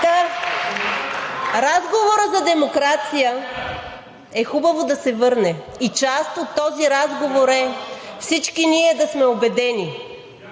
е хубаво да се върне и част от този разговор е всички ние да сме убедени,